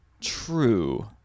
True